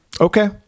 Okay